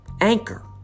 Anchor